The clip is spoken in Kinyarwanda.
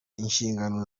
inshingano